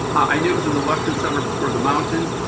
i knew it was in the western suburbs towards the mountains.